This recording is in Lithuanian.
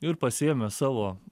ir pasiėmęs savo